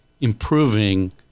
improving